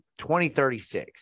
2036